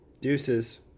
Deuces